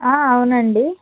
అవునండి